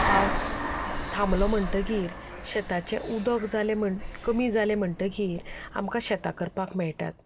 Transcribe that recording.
पावस थामलो म्हणटगीर शेताचें उदक जाले म्हणटगीर कमी जालें म्हणटगीर आमकां शेतां करपाक मेयटात